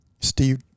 Steve